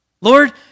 Lord